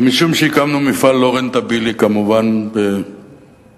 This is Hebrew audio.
ומשום שהקמנו מפעל לא רנטבילי, כמובן בנס,